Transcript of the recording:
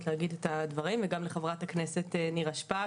להגיד את הדברים וגם לחברת הכנסת נירה שפק